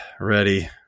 ready